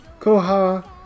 Koha